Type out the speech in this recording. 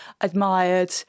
admired